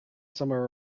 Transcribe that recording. somewhere